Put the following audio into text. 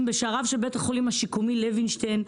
בשעריו של בית החולים השיקומי לוינשטיין.